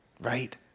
Right